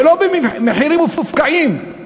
ולא במחירים מופקעים.